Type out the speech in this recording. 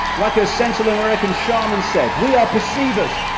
like a central american shaman said, we are perceivers,